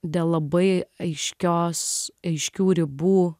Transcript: dėl labai aiškios aiškių ribų